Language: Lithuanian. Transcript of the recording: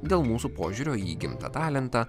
dėl mūsų požiūrio į įgimtą talentą